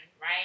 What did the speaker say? right